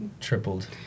tripled